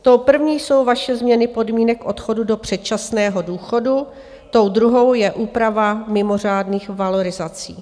To první jsou vaše změny podmínek odchodu do předčasného důchodu, tou druhou je úprava mimořádných valorizací.